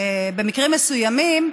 במקרים מסוימים,